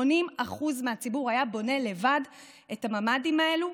80% מהציבור היה בונה לבד את הממ"דים האלה.